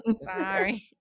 Sorry